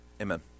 Amen